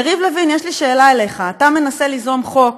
יריב לוין, יש לי שאלה אליך, אתה מנסה ליזום חוק